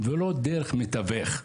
ולא דרך מתווך.